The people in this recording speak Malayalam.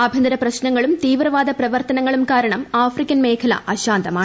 ആഭ്യന്തര പ്രശ്നങ്ങളും തീവ്രവാദ പ്രവർത്തനങ്ങളും കാരണം ആഫ്രിക്കൻമേഖല അശാന്തമാണ്